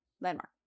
landmark